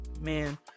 man